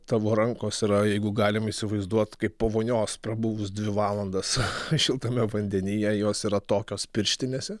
tavo rankos yra jeigu galim įsivaizduot kaip po vonios prabuvus dvi valandas šiltame vandenyje jos yra tokios pirštinėse